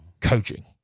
coaching